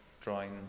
drawing